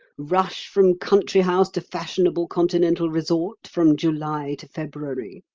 rush from country house to fashionable continental resort from july to february,